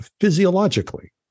physiologically